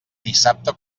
dissabte